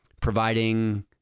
providing